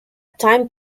time